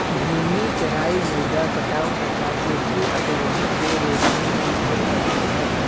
घूर्णी चराई मृदा कटाव तथा कृषि अपवाह को रोकने में मदद करती है